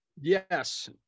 Yes